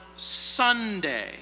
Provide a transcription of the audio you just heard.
Sunday